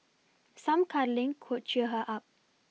some cuddling could cheer her up